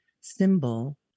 symbol